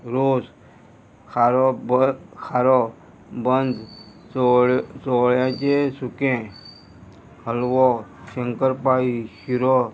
रोस खारो बारो बंज चोवळे चोवळ्यांचे सुकें हलवो शंकरपाळी शिरो